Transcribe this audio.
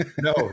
No